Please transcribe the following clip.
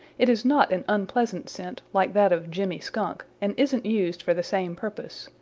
it is not an unpleasant scent, like that of jimmy skunk, and isn't used for the same purpose.